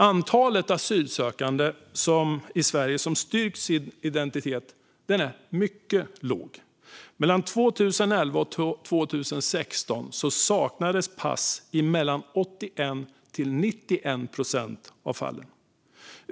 Antalet asylsökande i Sverige som har styrkt sin identitet är mycket låg. Mellan 2011 och 2016 saknades pass i mellan 81 och 91 procent av fallen.